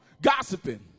gossiping